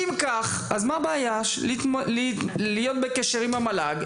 אם כך, אז מה הבעיה להיות עם הקשר עם המל"ג?